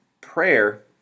prayer